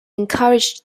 encouraged